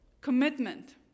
Commitment